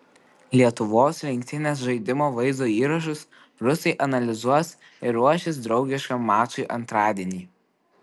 lietuvos rinktinės žaidimo vaizdo įrašus rusai analizuos ir ruošis draugiškam mačui antradienį